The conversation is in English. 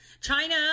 China